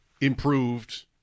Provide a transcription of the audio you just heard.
improved